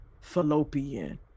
Fallopian